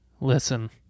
listen